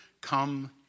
come